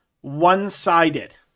one-sided